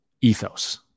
ethos